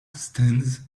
stands